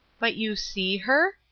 but you see her?